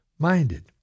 minded